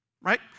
Right